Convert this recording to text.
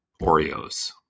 Oreos